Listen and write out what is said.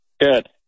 good